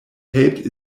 helped